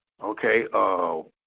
Okay